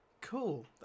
Cool